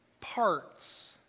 parts